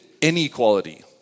inequality